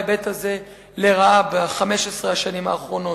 בהיבט הזה ב-15 השנים האחרונות.